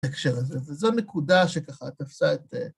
הקשר הזה, וזו נקודה שככה תפסה את...